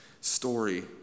story